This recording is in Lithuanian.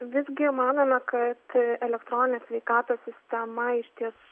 visgi manome kad elektroninė sveikatos sistema išties